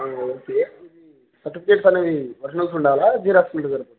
okay certificates అనేవి originals ఉండాలా జీరాస్ంట జరుపతతుది